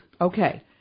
Okay